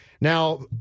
Now